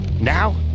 Now